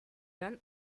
done